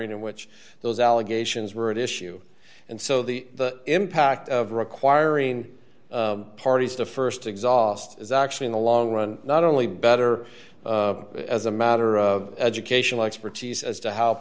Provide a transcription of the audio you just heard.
in which those allegations were at issue and so the impact of requiring the parties to st exhaust is actually in the long run not only better as a matter of educational expertise as to how